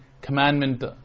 commandment